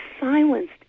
silenced